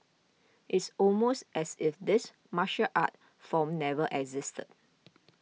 it's almost as if this martial art form never existed